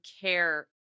care